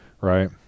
right